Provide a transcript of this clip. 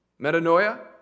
Metanoia